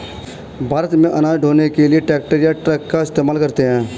भारत में अनाज ढ़ोने के लिए ट्रैक्टर या ट्रक का इस्तेमाल करते हैं